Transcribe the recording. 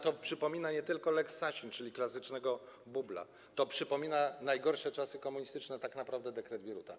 To przypomina nie tylko lex Sasin, czyli klasycznego bubla, to przypomina najgorsze czasy komunistyczne, a tak naprawdę dekret Bieruta.